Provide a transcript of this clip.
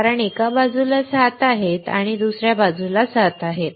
कारण एका बाजूला 7 आहेत तर दुसऱ्या बाजूला 7 आहेत